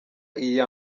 iya